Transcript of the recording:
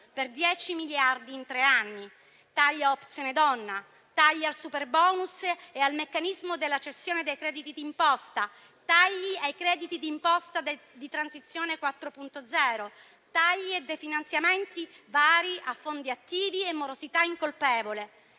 per 10 miliardi in tre anni; tagli a Opzione donna; tagli a superbonus e al meccanismo della cessione dei crediti d'imposta; tagli ai crediti d'imposta di transizione 4.0; tagli e definanziamenti vari a fondi attivi e morosità incolpevole;